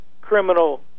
criminal